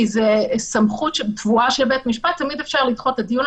כי זו סמכות טבועה של בית משפט תמיד אפשר לדחות את הדיון,